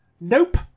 Nope